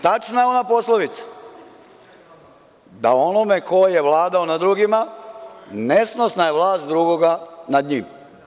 Tačna je ona poslovica, da onome ko je vladao nad drugima nesnosna je vlast drugoga nad njim.